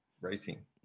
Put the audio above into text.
racing